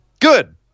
good